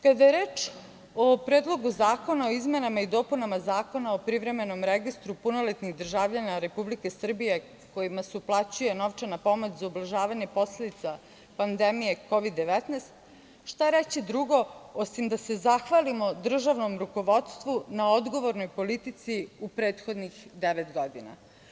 Kada je reč o Predlogu zakona o izmenama i dopunama Zakona o privremenom registru punoletnih državljana Republike Srbije kojima se uplaćuje novčana pomoć za ublažavanje posledica pandemije Kovid 19, šta reći drugo, osim da se zahvalimo državnom rukovodstvu na odgovornoj politici u prethodnih devet godina.